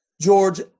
George